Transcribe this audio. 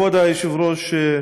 כבוד היושב-ראש,